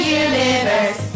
universe